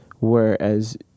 whereas